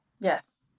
Yes